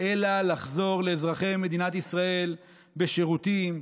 אלא לחזור לאזרחי מדינת ישראל בשירותים,